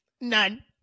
None